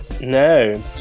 no